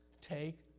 Take